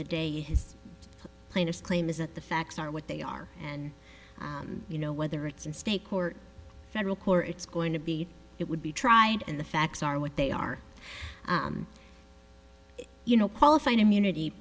the day his plaintiff's claim is that the facts are what they are and you know whether it's in state court federal court or it's going to be it would be tried and the facts are what they are you know qualified immunity